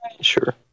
Sure